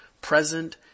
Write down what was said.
present